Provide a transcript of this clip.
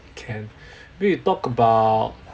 can maybe we talk about